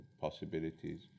possibilities